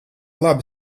labi